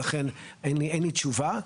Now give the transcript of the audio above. ולכן אין לי תשובה.